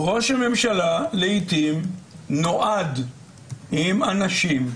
ראש הממשלה לעיתים נועד עם אנשים,